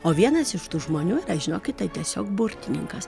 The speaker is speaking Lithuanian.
o vienas iš tų žmonių yra žinokite tiesiog burtininkas